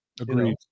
Agreed